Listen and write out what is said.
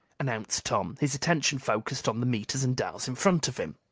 announced tom, his attention focused on the meters and dials in front of him.